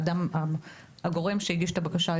מעבר לאדם שהגיש את הבקשה.